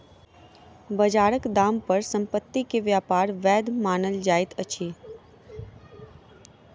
बजारक दाम पर संपत्ति के व्यापार वैध मानल जाइत अछि